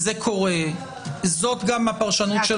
זו גם הפרשנות של